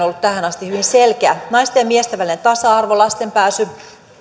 ollut tähän asti hyvin selkeä naisten ja miesten välinen tasa arvo lasten pääsy